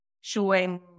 showing